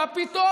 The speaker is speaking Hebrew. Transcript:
מה פתאום,